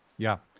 yeah.